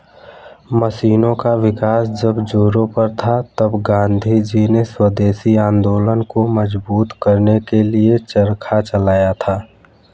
मशीनों का विकास जब जोरों पर था तब गाँधीजी ने स्वदेशी आंदोलन को मजबूत करने के लिए चरखा चलाया था